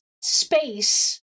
space